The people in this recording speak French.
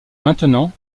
maintenant